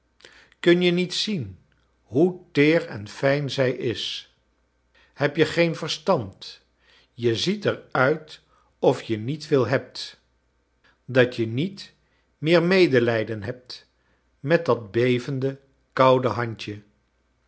kun je niet zien hoe teer en fijn zij is heb je geen verstand je ziet er uit of je niet veel hebt dat je niet meer medelijden hebt met dat bevende koude handje